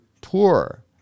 poor